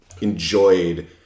enjoyed